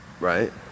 right